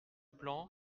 plan